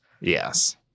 yes